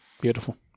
Beautiful